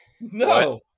No